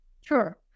Sure